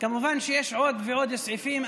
כמובן שיש עוד ועוד סעיפים,